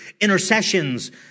intercessions